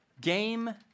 Game